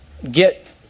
get